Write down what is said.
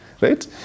Right